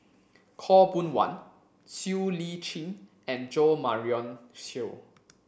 Khaw Boon Wan Siow Lee Chin and Jo Marion Seow